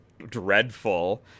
dreadful